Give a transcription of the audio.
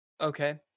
Okay